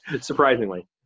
surprisingly